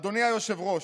אדוני היושב-ראש,